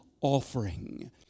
offering